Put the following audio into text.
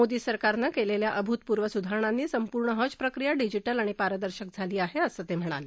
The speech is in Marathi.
मोदी सरकारनं केलेल्या अभूतपूर्व स्धारणांनी संपूर्ण हज प्रक्रिया डिजिटल आणि पारदर्शक झाली आहे असंही ते म्हणाले